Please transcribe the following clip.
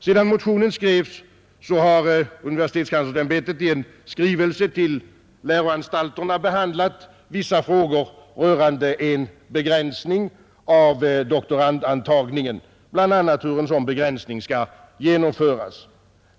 Sedan motionen skrevs har universitetskanslersämbetet i en skrivelse till läroanstalterna behandlat vissa frågor rörande en begränsning av doktorandantagningen, bl.a. hur en sådan begränsning skall genomföras.